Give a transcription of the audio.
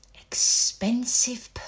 expensive